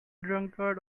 drunkard